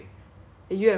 for my birthday also